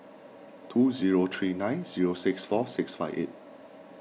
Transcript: two zero three nine zero six four six five eight